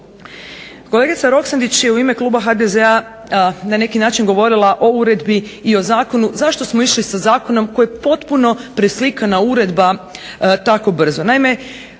Kolegica Roksandić je u ime kluba HDZ-a na neki način govorila o uredbi i o zakonu zašto smo išli sa zakonom koji potpuno preslikana uredba tako brzo.